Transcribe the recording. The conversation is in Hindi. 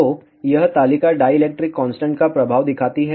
तो यह तालिका डायइलेक्ट्रिक कांस्टेंट का प्रभाव दिखाती है